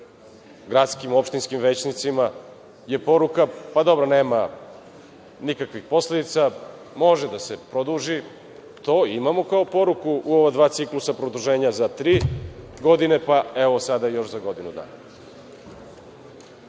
gradskim i opštinskim većnicima je poruka – dobro, nema nikakvih posledica, može da se produži. To imamo kao poruku u ova dva ciklusa produženja za tri godine, pa evo sada još za godinu dana.